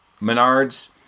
Menards